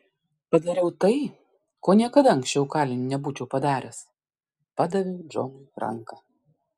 padariau tai ko niekada anksčiau kaliniui nebūčiau padaręs padaviau džonui ranką